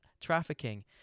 trafficking